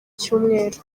cyumweru